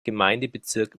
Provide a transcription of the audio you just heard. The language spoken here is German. gemeindebezirk